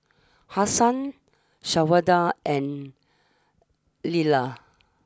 Hassan Shawanda and Lyla